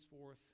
forth